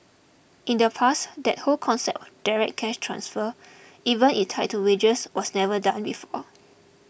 in the past that whole concept direct cash transfers even if tied to wages was never done before